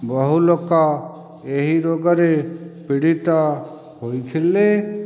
ବହୁ ଲୋକ ଏହି ରୋଗରେ ପୀଡ଼ିତ ହୋଇଥିଲେ